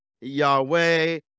Yahweh